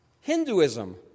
Hinduism